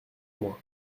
moi